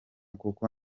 kuko